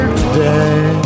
today